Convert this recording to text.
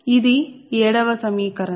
ఇది 7 వ సమీకరణం